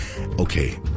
Okay